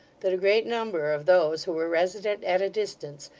that a great number of those who were resident at a distance,